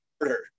order